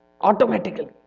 Automatically